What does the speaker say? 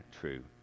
true